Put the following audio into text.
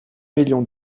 million